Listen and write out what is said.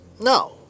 No